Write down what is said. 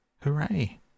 Hooray